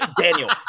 Daniel